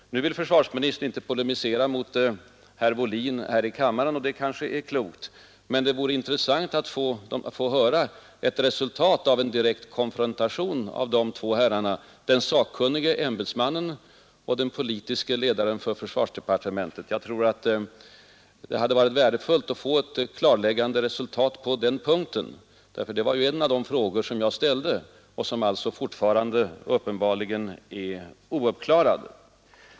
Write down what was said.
Nu vill försvarsministern inte här i kammaren polemisera mot herr Wåhlin — och det är kanske klokt — med det vore intressant att få höra resultatet av en direkt konfrontation mellan de båda herrarna — den sakkunnige ämbetsmannen och den politiska chefen för försvarsdepartementet. Jag tycker att det vore värdefullt att få en sådan redovisning, eftersom en av de frågor som jag ställde fortfarande uppenbarligen är obesvarad.